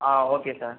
ah okay sir